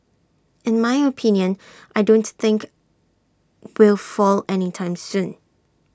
in my opinion I don't think will fall any time soon